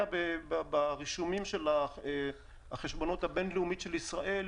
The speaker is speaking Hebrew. ברישומים של החשבונות הבין-לאומיים של ישראל,